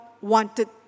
wanted